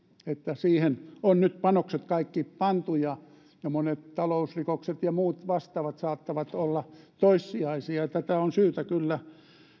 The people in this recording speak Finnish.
että siihen on nyt kaikki panokset pantu ja ja monet talousrikokset ja muut vastaavat saattavat olla toissijaisia tätä menettelyä on syytä kyllä